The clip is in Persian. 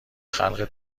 خلق